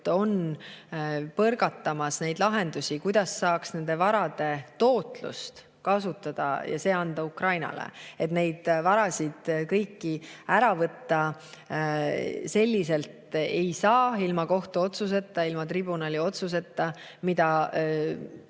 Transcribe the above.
on põrgatamas lahendusi, kuidas saaks nende varade tootlust kasutada ja anda see [raha] Ukrainale. Neid varasid kõiki ära võtta selliselt ei saa ilma kohtuotsuseta, ilma tribunali otsuseta. Miks